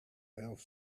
health